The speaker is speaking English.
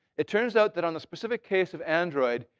it turns out that on a specific case of android,